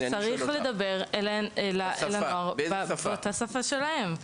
צריך לדבר אליהם באותה שפה שלהם.